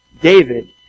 David